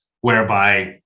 whereby